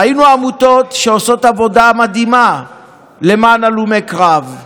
ראינו עמותות שעושות עבודה מדהימה למען הלומי קרב,